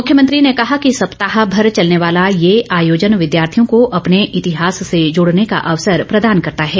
मुख्यमंत्री ने कहा कि सप्ताह भर चलने वाला ये आयोजन विद्यार्थियों को अपने इतिहास से जुडने का अवसर प्रदान करता है